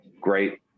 Great